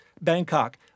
Bangkok